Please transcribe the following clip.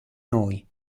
noi